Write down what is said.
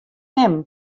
mem